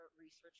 research